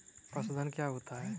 पशुधन क्या होता है?